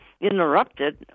interrupted